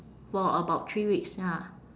for about three weeks ya